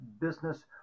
business